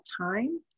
time